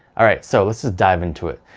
all right so let's just dive into it.